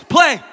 Play